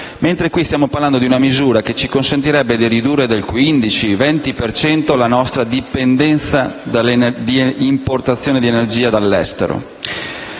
mentre qui stiamo parlando di una misura che ci consentirebbe di ridurre del 15-20 per cento la nostra dipendenza dalle importazioni di energia dall'estero.